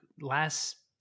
last